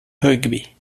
rugby